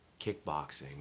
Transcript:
kickboxing